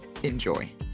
enjoy